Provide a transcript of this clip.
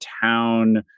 town